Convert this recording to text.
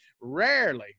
rarely